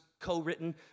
co-written